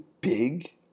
big